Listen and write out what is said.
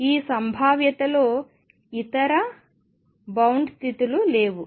ఈ సంభావ్యతలో ఇతర బౌండ్ స్థితులు లేవు